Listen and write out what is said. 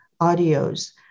Audio's